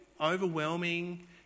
overwhelming